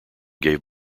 gave